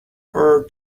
her